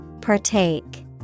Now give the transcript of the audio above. Partake